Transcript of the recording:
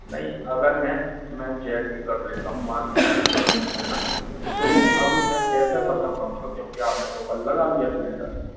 नहीं अगर मैं मैं चेक भी कर लेता हूँ मान लीजिए है न तो अब मैं कैसे बता पाऊँगा क्योंकि आपने तो कल लगा लिया सिलेंडर